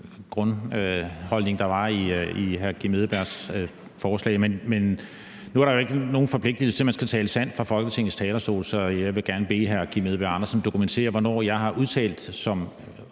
grundholdning, der var i hr. Kim Edberg Andersens forslag. Men nu er der jo ikke nogen forpligtelse til, at man skal tale sandt fra Folketingets talerstol, så jeg vil gerne bede hr. Kim Edberg Andersen dokumentere, hvornår jeg, som